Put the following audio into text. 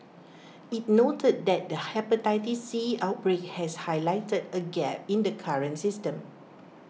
IT noted that the Hepatitis C outbreak has highlighted A gap in the current system